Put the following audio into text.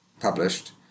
published